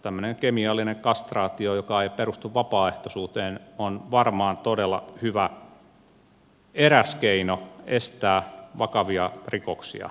tämmöinen kemiallinen kastraatio joka ei perustu vapaaehtoisuuteen on varmaan todella hyvä eräs keino estää vakavia rikoksia